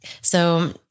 So-